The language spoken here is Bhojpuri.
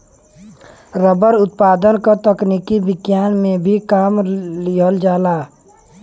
रबर उत्पादन क तकनीक विज्ञान में भी काम लिहल जाला